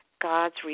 God's